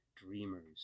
dreamers